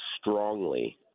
strongly